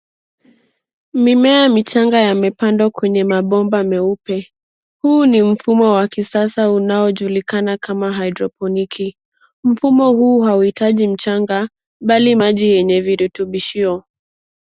Mimea michanga yamepandwa kwenye mabomba meupe. Huu ni mfumo wa kisasa unaojulikana kama haidroponiki . Mfumo huu hauitaji mchanga bali maji yenye virutubishio.